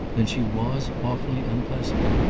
then she was awfully unpleasant?